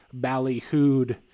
ballyhooed